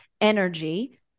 energy